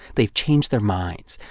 they've changed their minds.